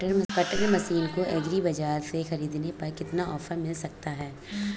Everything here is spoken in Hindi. कटर मशीन को एग्री बाजार से ख़रीदने पर कितना ऑफर मिल सकता है?